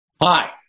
Hi